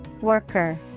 Worker